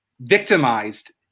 victimized